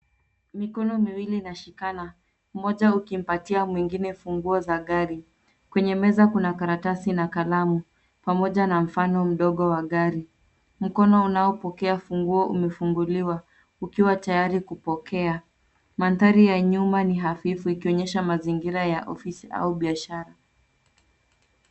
Mikono miwili inashikana, moja ukimpatia mwingine funguo za gari. Kwenye meza kuna karatasi na kalamu, pamoja na mfano mdogo wa gari mkono unaopokea funguo umefunguliwa, ukiwa tayari kupokea. Mandhari ya nyuma ni hafifu ikionyesha mazingira ya ofisi au biashara.